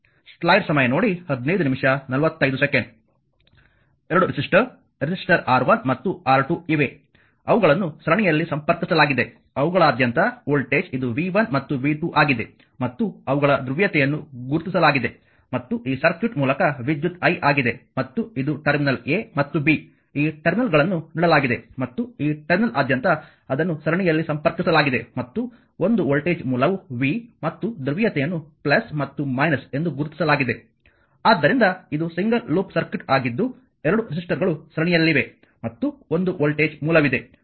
2 resistor resistors R1 ಮತ್ತು R2 ಇವೆ ಅವುಗಳನ್ನು ಸರಣಿಯಲ್ಲಿ ಸಂಪರ್ಕಿಸಲಾಗಿದೆ ಅವುಗಳಾದ್ಯಂತ ವೋಲ್ಟೇಜ್ ಇದು v1 ಮತ್ತು v2 ಆಗಿದೆ ಮತ್ತು ಅವುಗಳ ಧ್ರುವೀಯತೆಯನ್ನು ಗುರುತಿಸಲಾಗಿದೆ ಮತ್ತು ಈ ಸರ್ಕ್ಯೂಟ್ ಮೂಲಕ ವಿದ್ಯುತ್ i ಆಗಿದೆ ಮತ್ತು ಇದು ಟರ್ಮಿನಲ್ a ಮತ್ತು b ಈ 2 ಟರ್ಮಿನಲ್ಗಳನ್ನು ನೀಡಲಾಗಿದೆ ಮತ್ತು ಈ ಟರ್ಮಿನಲ್ನಾದ್ಯಂತ ಅದನ್ನು ಸರಣಿಯಲ್ಲಿ ಸಂಪರ್ಕಿಸಲಾಗಿದೆ ಮತ್ತು ಒಂದು ವೋಲ್ಟೇಜ್ ಮೂಲವು v ಮತ್ತು ಧ್ರುವೀಯತೆಯನ್ನು ಮತ್ತು ಎಂದು ಗುರುತಿಸಲಾಗಿದೆ ಆದ್ದರಿಂದ ಇದು ಸಿಂಗಲ್ ಲೂಪ್ ಸರ್ಕ್ಯೂಟ್ ಆಗಿದ್ದು 2 ರೆಸಿಸ್ಟರ್ಗಳು ಸರಣಿಯಲ್ಲಿವೆ ಮತ್ತು ಒಂದು ವೋಲ್ಟೇಜ್ ಮೂಲವಿದೆ